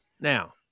now